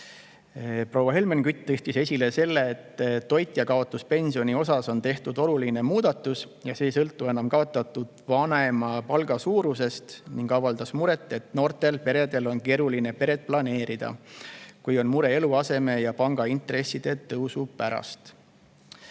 Proua Helmen Kütt tõstis esile selle, et toitjakaotuspensioni osas on tehtud oluline muudatus ja see ei sõltu enam kaotatud vanema palga suurusest, ning avaldas muret, et noortel peredel on keeruline peret planeerida, kui on mure eluaseme ja pangaintresside tõusu pärast.